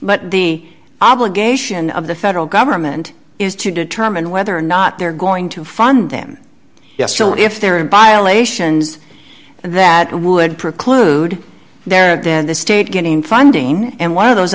but the obligation of the federal government is to determine whether or not they're going to fund them yes so if they're in violations that would preclude their then the state getting funding and one of those